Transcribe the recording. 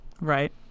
Right